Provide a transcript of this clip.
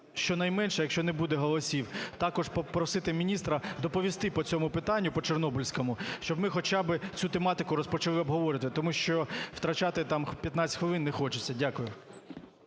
щонайменше, якщо не буде голосів, також попросити міністра доповісти по цьому питанню, по чорнобильському, щоб ми хоча би цю тематику розпочали обговорювати, тому що втрачати там 15 хвилин не хочеться. Дякую.